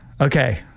Okay